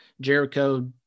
Jericho